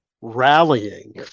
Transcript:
rallying